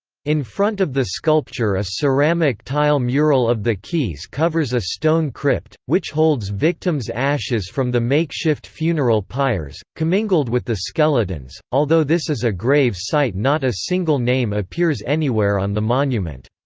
in front of the sculpture a ceramic-tile mural of the keys covers a stone crypt, which holds victims' ashes from the makeshift funeral pyres, commingled with the skeletons although this is a grave site not a single name appears anywhere on the monument.